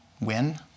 win